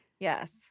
Yes